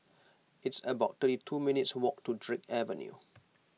it's about thirty two minutes' walk to Drake Avenue